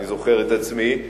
אני זוכר את עצמי,